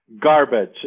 garbage